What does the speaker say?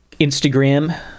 instagram